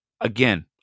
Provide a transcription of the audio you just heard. Again